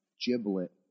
giblet